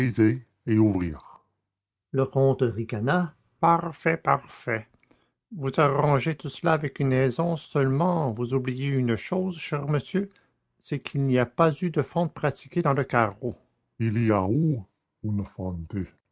et ouvrir le comte ricana parfait parfait vous arrangez tout cela avec une aisance seulement vous oubliez une chose cher monsieur c'est qu'il n'y a pas eu de fente pratiquée dans le carreau il y a